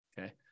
okay